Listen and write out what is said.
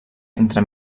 entre